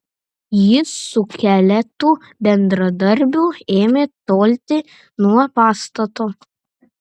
jis su keletu bendradarbių ėmė tolti nuo pastato